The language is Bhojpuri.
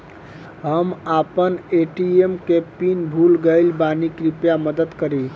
हम आपन ए.टी.एम के पीन भूल गइल बानी कृपया मदद करी